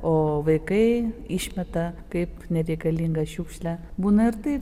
o vaikai išmeta kaip nereikalingą šiukšlę būna ir taip